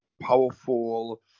powerful